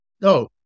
No